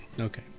okay